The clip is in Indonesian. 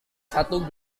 satu